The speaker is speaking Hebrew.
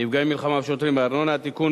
נפגעי מלחמה ושוטרים מארנונה) (תיקון,